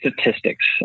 statistics